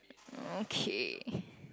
okay